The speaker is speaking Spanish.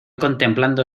contemplando